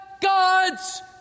God's